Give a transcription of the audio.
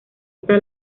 está